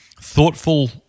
thoughtful